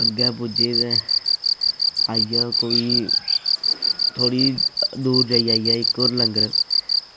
अग्गें पुज्जे ते आई गेआ कोई थोह्ड़ी दूर जाइयै आई गेआ इक होर लंगर